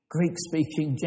Greek-speaking